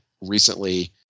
recently